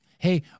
Hey